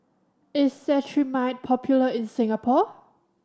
is Cetrimide popular in Singapore